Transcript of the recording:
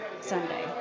Sunday